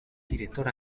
director